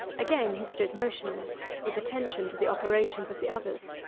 again he stood motionless, with attention to the operations of the others.